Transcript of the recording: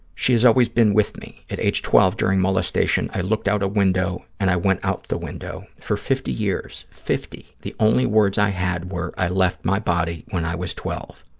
she has always been with me. at age twelve, during molestation, i looked out a window and i went out the window. for fifty years, fifty, the only words i had were, i left my body when i was twelve.